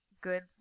good